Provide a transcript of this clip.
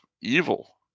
evil